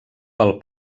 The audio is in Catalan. pel